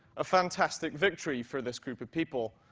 a fantastic victory for this group of people,